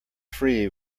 free